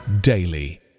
daily